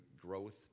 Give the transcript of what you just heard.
growth